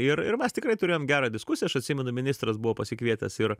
ir ir mes tikrai turėjom gerą diskusiją aš atsimenu ministras buvo pasikvietęs ir